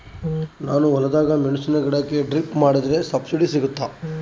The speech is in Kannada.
ನಾನು ಹೊಲದಾಗ ಮೆಣಸಿನ ಗಿಡಕ್ಕೆ ಡ್ರಿಪ್ ಮಾಡಿದ್ರೆ ಸಬ್ಸಿಡಿ ಸಿಗುತ್ತಾ?